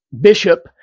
bishop